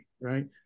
right